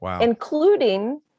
including